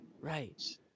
Right